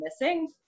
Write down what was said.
missing